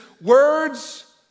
words